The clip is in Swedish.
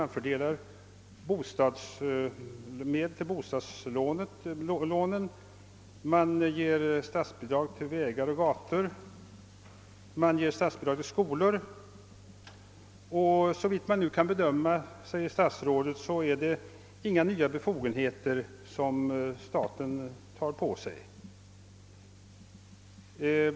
Man fördelar medel till bostadslån, ger statsbidrag till gator, vägar och skolor 0. s. v. Såvitt man nu kan bedöma, säger statsrådet, är det inga nya befogenheter som staten tar på sig.